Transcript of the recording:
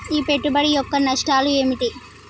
ఈ పెట్టుబడి యొక్క నష్టాలు ఏమిటి?